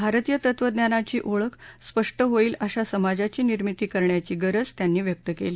भारतीय तत्वज्ञानाची ओळख स्पष्ट होईल अशा समाजाची निर्मिती करण्याची गरज त्यांनी व्यक्त केली